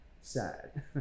sad